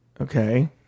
Okay